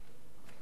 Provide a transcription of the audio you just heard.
הגיע הזמן.